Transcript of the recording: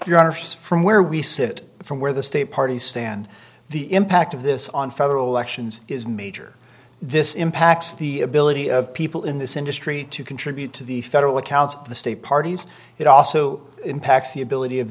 arse from where we sit from where the state parties stand the impact of this on federal elections is major this impacts the ability of people in this industry to contribute to the federal accounts of the state parties it also impacts the ability of